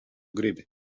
gribi